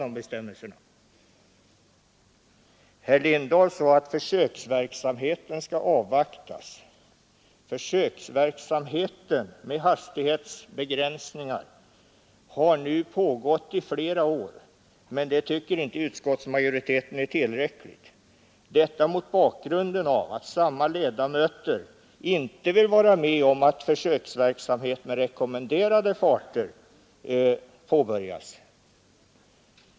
Herr Lindahl sade att försöksverksamheten skall avvaktas. Försöksverksamheten med hastighetsbegränsningar har nu pågått i flera år, men det tycker inte utskottsmajoriteten är tillräckligt. Detta bör ses mot bakgrunden av att samma ledamöter inte vill vara med om att försöksverksamhet med rekommenderade farter påbörjas.